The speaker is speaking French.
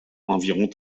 environ